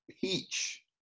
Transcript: peach